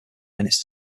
minutes